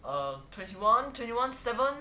err twenty one twenty one seven